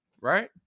right